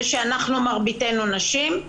זה שמרביתנו נשים,